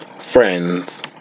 friends